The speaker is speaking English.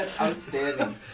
outstanding